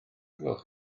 gloch